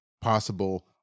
possible